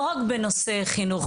לא רק בנושא חינוך,